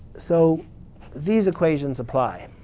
so these equations apply.